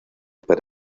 para